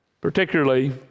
Particularly